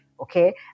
okay